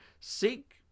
seek